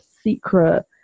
secret